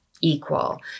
equal